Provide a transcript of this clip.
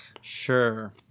Sure